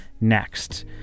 next